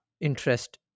interest